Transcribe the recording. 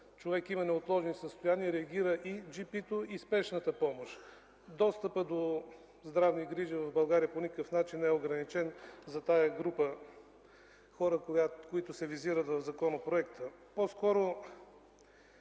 човек има неотложни състояния, реагира и джипито, и Спешната помощ. Достъпът до здравни грижи в България по никакъв начин не е ограничен за тази група хора, които се визират в законопроекта. По-скоро